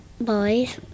boys